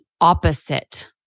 opposite